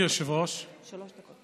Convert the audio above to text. בבקשה, שלוש דקות.